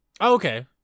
Okay